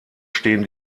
stehen